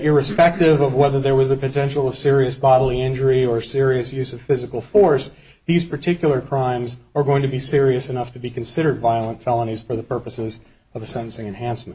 irrespective of whether there was a potential of serious bodily injury or serious use of physical force these particular crimes are going to be serious enough to be considered violent felonies for the purposes of the sensing and handsome